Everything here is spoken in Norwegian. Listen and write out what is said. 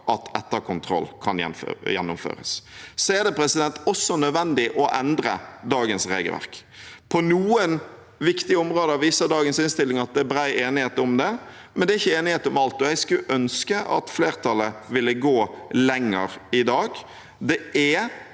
at etterkontroll kan gjennomføres. Så er det også nødvendig å endre dagens regelverk. På noen viktige områder viser dagens innstilling at det er bred enighet om det, men det er ikke enighet om alt, og jeg skulle ønske at flertallet ville gå lenger i dag.